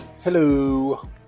Hello